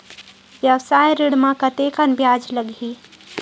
व्यवसाय ऋण म कतेकन ब्याज लगही?